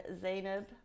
Zainab